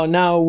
now